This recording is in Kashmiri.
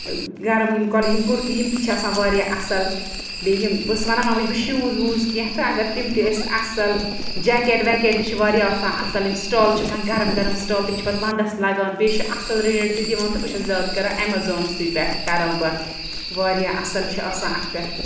گرم یِم کۄل یِم کُرتی یِم تہِ چھِ آسان واریاہ اَصٕل بیٚیہِ یِم بہٕ چھس وَنان وَنۍ وٕس بہٕ شوٗز ووٗز کیٚنٛہہ تہٕ اَگر تِم تہِ ٲسۍ اَصٕل جیکیٹ ویکیٹ تہِ چھِ واریاہ آسان اَصٕل یِم سٹال چھِ آسان گرم گرم سٹال تِم چھِ پَتہٕ وَندَس لَگان بیٚیہِ چھُ اَصٕل ریٹ تہِ دِوان تہٕ بہٕ چھَس زیادٕ کَران ایمزانسٕے پٮ۪ٹھ کران بہٕ واریاہ اَصٕل چھِ آسان اَتھ پٮ۪ٹھ